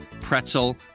pretzel